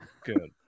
Good